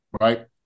right